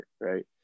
right